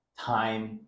time